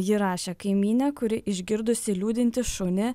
ji rašė kaimynė kuri išgirdusi liūdintį šunį